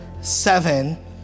seven